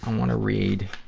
um wanna read